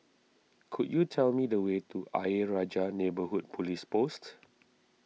could you tell me the way to Ayer Rajah Neighbourhood Police Post